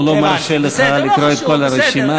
הוא לא מרשה לך לקרוא את כל הרשימה.